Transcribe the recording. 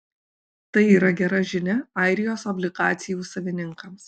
tai yra gera žinia airijos obligacijų savininkams